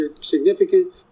significant